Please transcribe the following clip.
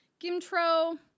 Gimtro